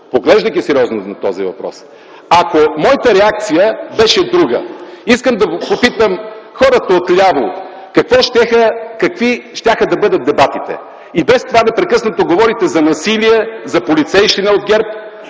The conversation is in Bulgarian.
Поглеждайки сериозно на този въпрос, ако моята реакция беше друга - искам да попитам хората отляво, какви щяха да бъдат дебатите? И без това непрекъснато говорите за насилие, за полицейщина от ГЕРБ!